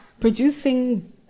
producing